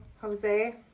Jose